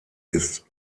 ist